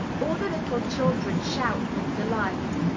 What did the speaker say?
all the little children shout with delight,